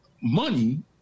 money